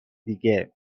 دیگه